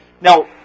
Now